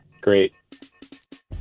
great